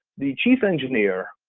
the chief engineer,